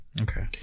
Okay